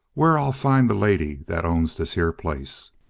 where i'll find the lady that owns this here place?